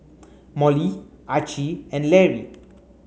Molly Archie and Lary